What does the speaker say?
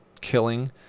killing